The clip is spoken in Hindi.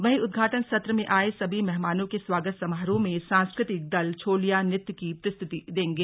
वहीं उद्घाटन सत्र में आये सभी मेहमानों के स्वागत समारोह में सांस्कृतिक दल छोलिया नृत्य की प्रस्तुति देंगे